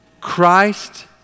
Christ